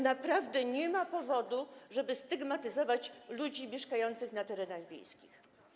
Naprawdę nie ma powodu, żeby stygmatyzować ludzi mieszkających na terenach wiejskich.